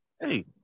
hey